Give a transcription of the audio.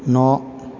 न'